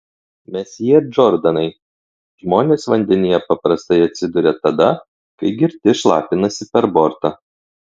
mesjė džordanai žmonės vandenyje paprastai atsiduria tada kai girti šlapinasi per bortą